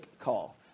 call